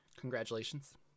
congratulations